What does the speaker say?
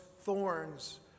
thorns